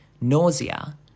nausea